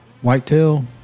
whitetail